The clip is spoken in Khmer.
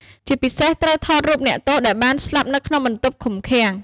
ជាពិសេសត្រូវថតរូបអ្នកទោសដែលបានស្លាប់នៅក្នុងបន្ទប់ឃុំឃាំង។